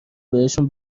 بهشون